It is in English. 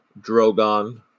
Drogon